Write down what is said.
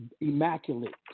immaculate